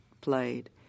played